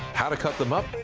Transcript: how to cut them up.